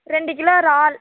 ரெண்டு கிலோ இறால்